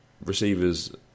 receivers